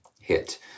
hit